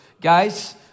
guys